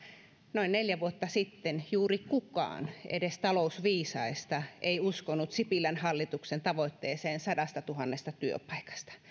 noin neljä vuotta sitten juuri kukaan edes talousviisaista ei uskonut sipilän hallituksen tavoitteeseen sadastatuhannesta työpaikasta